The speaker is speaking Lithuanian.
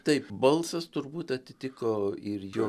taip balsas turbūt atitiko ir jo